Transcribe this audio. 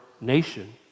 nation